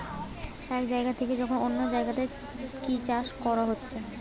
এক জাগা থিকে যখন অন্য জাগাতে কি চাষ কোরা হচ্ছে